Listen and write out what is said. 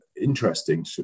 interesting